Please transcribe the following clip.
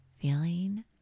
feeling